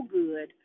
good